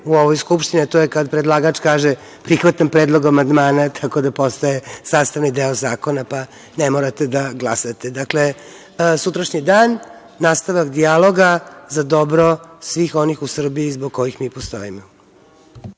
u ovoj Skupštini, a to je kada predlagač kaže – prihvatam predlog amandmana, tako da postaje sastavni deo predloga zakona, pa ne morate da glasate. Dakle, sutrašnji dan, nastavak dijaloga za dobro svih onih u Srbiji zbog kojih mi postojimo.